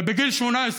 בגיל 18,